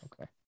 okay